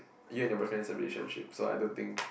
you and your boyfriend is a relationship so I don't think